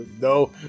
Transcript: No